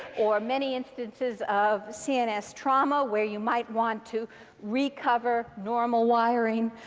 or many instances of cns trauma where you might want to recover normal wiring,